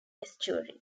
estuary